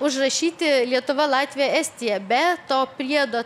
užrašyti lietuva latvija estija be to priedo